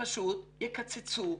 פשוט יקצצו,